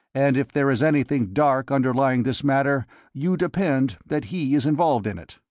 and if there is anything dark underlying this matter you depend that he is involved in it.